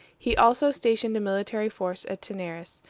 he also stationed a military force at taenarus,